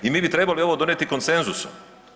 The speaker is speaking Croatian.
I mi bi trebali ovo donijeti konsenzusom.